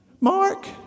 Mark